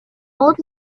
old